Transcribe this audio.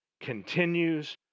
continues